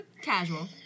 casual